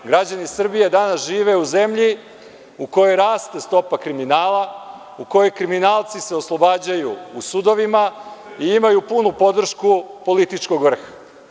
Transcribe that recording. Građani Srbije danas žive u zemlji u kojoj raste stopa kriminala, u kojoj kriminalci se oslobađaju u sudovima i imaju punu podršku političkog vrha.